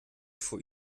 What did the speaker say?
vor